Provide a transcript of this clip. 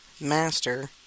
master